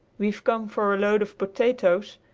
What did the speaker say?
we've come for a load of potatoes,